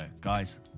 Guys